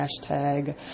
hashtag